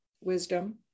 Wisdom